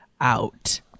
out